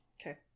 Okay